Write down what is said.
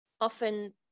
often